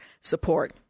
support